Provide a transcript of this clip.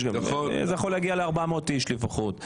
זה יכול ל-400 איש לפחות.